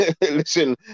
Listen